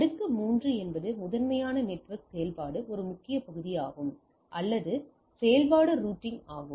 அடுக்கு 3 என்பது முதன்மையாக நெட்வொர்க் செயல்பாடு ஒரு முக்கிய பகுதியாகும் அல்லது செயல்பாடு ரூட்டிங் ஆகும்